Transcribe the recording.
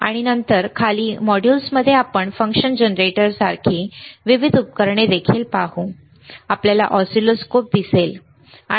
आणि नंतर खालील मॉड्यूल्स मध्ये आपण फंक्शन जनरेटर सारखी विविध उपकरणे देखील पाहू आपल्याला ऑसिलोस्कोप दिसेल बरोबर